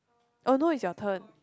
oh no it's your turn